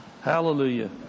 hallelujah